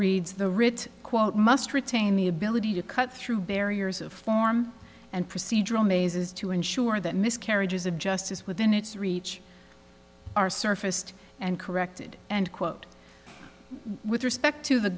reads the writ quote must retain the ability to cut through barriers of form and procedural mazes to ensure that miscarriages of justice within its reach are surfaced and corrected and quote with respect to the